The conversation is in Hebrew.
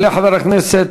יעלה חבר הכנסת